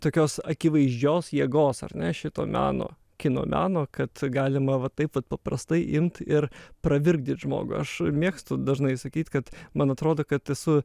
tokios akivaizdžios jėgos ar ne šito meno kino meno kad galima va taip vat paprastai imt ir pravirkdyt žmogų aš mėgstu dažnai sakyt kad man atrodo kad esu